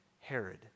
Herod